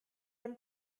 dem